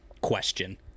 question